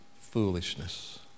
foolishness